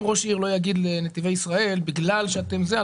ראש עירייה לא יגיד לנתיבי ישראל: בגלל שאתם זה,